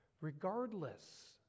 Regardless